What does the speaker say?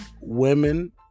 women